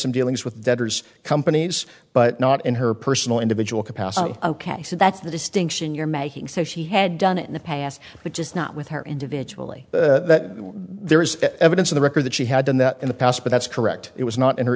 some dealings with debtors companies but not in her personal individual capacity ok so that's the distinction you're making said she had done it in the past but just not with her individually that there is evidence of the record that she had done that in the past but that's correct it was not